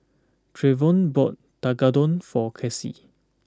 Trevon bought Tekkadon for Kasey